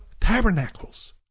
Tabernacles